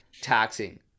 taxing